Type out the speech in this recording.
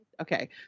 okay